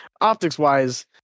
optics-wise